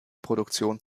produktion